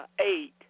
eight